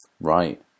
Right